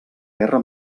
guerra